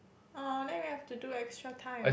!huh! then we have to do extra time